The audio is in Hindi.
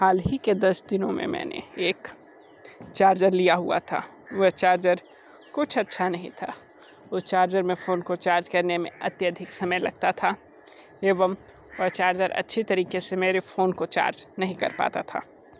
हाल ही के दस दिनों में मैंने एक चार्जर लिया हुआ था वह चार्जर कुछ अच्छा नहीं था वो चार्जर फोन को चार्ज करने में अत्याधिक समय लगता था एवं व चार्जर अच्छी तरीके से मेरे फोन को चार्ज नहीं कर पाता था